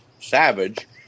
Savage